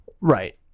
Right